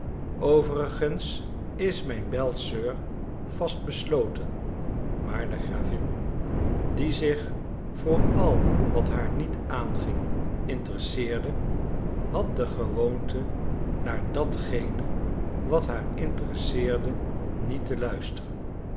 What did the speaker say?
overigens is mijn belle soeur vast besloten maar de gravin die zich voor al wat haar niet aanging interesseerde had de gewoonte naar datgene wat haar interesseerde niet te luisteren